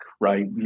Right